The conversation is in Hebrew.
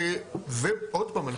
ועוד פעם,